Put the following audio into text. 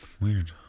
weird